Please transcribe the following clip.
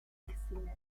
casino